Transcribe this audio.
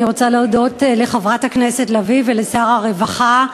אני רוצה להודות לחברת הכנסת לביא ולשר הרווחה,